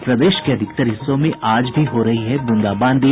और प्रदेश के अधिकतर हिस्सों में आज भी हो रही है ब्रंदाबांदी